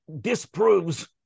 disproves